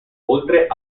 oltre